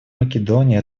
македония